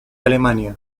alemania